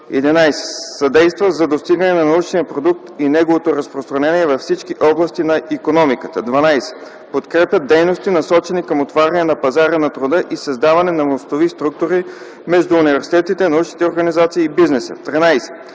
11. съдейства за достигане на научния продукт и неговото разпространение към всички области на икономиката; 12. подкрепя дейности, насочени към отваряне на пазара на труда и създаване на мостови структури между университетите, научните организации и бизнеса; 13.